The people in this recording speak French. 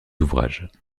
ouvrages